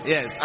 Yes